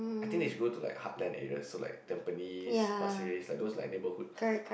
I think is go to like heartland area so like Tampines Pasir-Ris like those like neighbourhoods